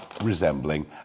resembling